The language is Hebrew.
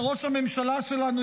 שראש הממשלה שלנו,